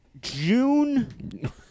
June